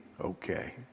okay